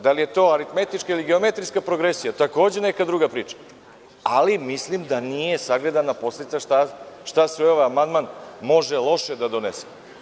Da li je to aritmetička ili geometrijska progresija, takođe neka druga priča, ali mislim da nije sagledana posledica šta sve ovaj amandman može loše da donese.